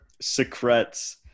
Secrets